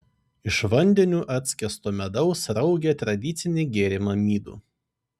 iš vandeniu atskiesto medaus raugė tradicinį gėrimą midų